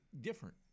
different